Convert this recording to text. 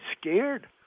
scared